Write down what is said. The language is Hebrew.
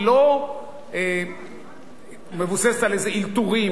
היא לא מבוססת על איזה אלתורים,